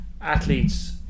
athletes